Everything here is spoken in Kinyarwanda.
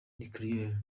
nucleaire